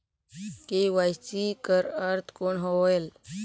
KYC कर अर्थ कौन होएल?